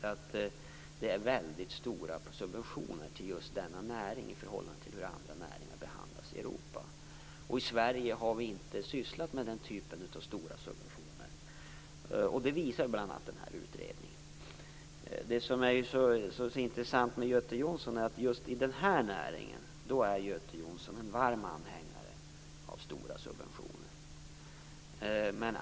Det är ju väldigt stora subventioner till just denna näring i förhållande till hur andra näringar behandlas i Europa. I Sverige har vi inte sysslat med den typen av stora subventioner. Det visar bl.a. den här utredningen. Det intressanta är att när det gäller just den här näringen är Göte Jonsson en varm anhängare av stora subventioner.